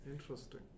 interesting